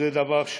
זה דבר,